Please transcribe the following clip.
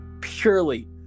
purely